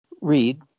read